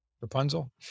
Rapunzel